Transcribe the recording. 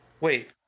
wait